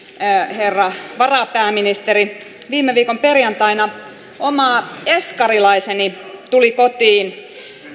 herra varapääministeri viime viikon perjantaina oma eskarilaiseni tuli kotiin